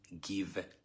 give